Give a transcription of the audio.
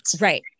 right